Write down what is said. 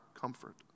comfort